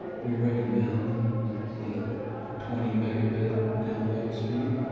we recommend the twenty megabit download speed,